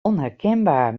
onherkenbaar